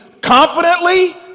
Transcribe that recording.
confidently